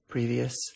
Previous